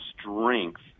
strength